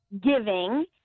giving